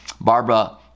barbara